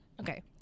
Okay